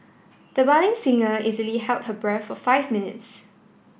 the budding singer easily held her breath for five minutes